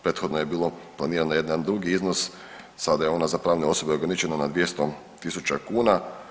Prethodno je bilo planiran jedan drugi iznos, sada je ona za pravne osobe ograničena na 200.000 kuna.